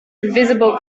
invisible